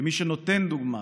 כמי שנותן דוגמה,